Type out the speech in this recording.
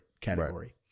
category